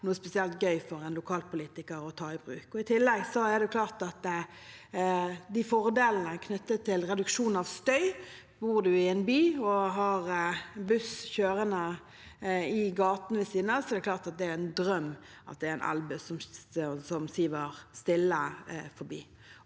er spesielt gøy for en lokalpolitiker å ta i bruk. I tillegg er det klare fordeler knyttet til reduksjon av støy. Bor man i en by og har buss kjørende i gaten ved siden av, er det klart at det er en drøm at det er en elbuss som kjører stille forbi.